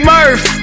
Murph